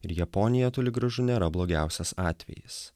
ir japonija toli gražu nėra blogiausias atvejis